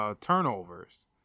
turnovers